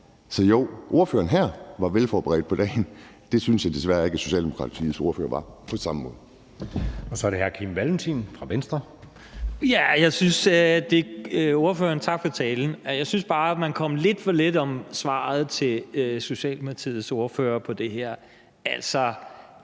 Så jo, ordføreren her var velforberedt på dagen; det synes jeg desværre ikke at Socialdemokratiets ordfører var på samme måde. Kl. 13:09 Anden næstformand (Jeppe Søe): Så er det hr. Kim Valentin fra Venstre. Kl. 13:09 Kim Valentin (V): Tak for talen. Jeg synes bare, ordføreren kom lidt for let om ved svaret til Socialdemokratiets ordfører om det her. Altså,